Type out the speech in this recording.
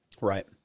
Right